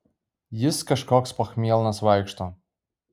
jis kažkoks pachmielnas vaikšto